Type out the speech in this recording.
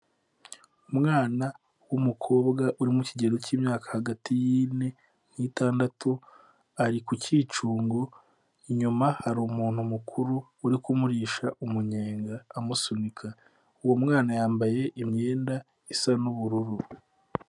Umwana w'umukobwa uri mu kigero cy'imyaka hagati y'ine n'itandatu ari ku kicungo, inyuma ye hari umuntu mukuru uri kumurisha umunyenga amusunika, uwo mwana yambaye imyenda isa n'ubururu,